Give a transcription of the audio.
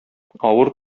авыр